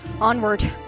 Onward